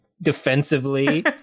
defensively